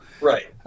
Right